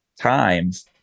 Times